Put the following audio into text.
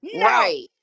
Right